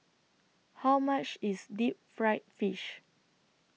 How much IS Deep Fried Fish